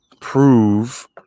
prove